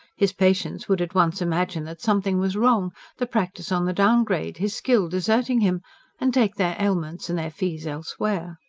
his patients would at once imagine that something was wrong the practice on the downgrade, his skill deserting him and take their ailments and their fees elsewhere.